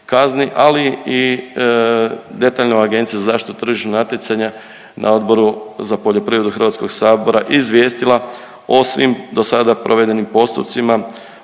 ali i detaljno Agencija za zaštitu tržišnog natjecanja na Odboru za poljoprivredu Hrvatskog sabora izvijestila o svim dosada provedenim postupcima